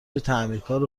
تعمیرکار